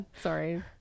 Sorry